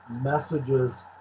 messages